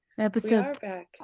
episode